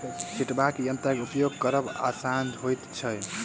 छिटबाक यंत्रक उपयोग करब आसान होइत छै